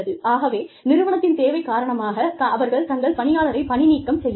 ஆகவே நிறுவனத்தின் தேவை காரணமாக அவர்கள் தங்கள் பணியாளரை பணிநீக்கம் செய்யலாம்